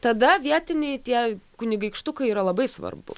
tada vietiniai tie kunigaikštukai yra labai svarbu